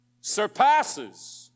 surpasses